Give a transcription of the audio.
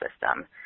system